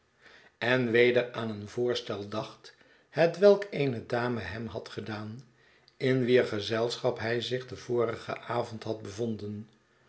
en weder aan een voorstel dacht hetwelk eene dame hem had gedaan in wier gezelschap hij zich den vorigen avond had bevonden